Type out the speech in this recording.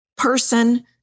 person